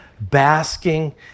basking